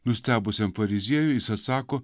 nustebusiam fariziejui jis atsako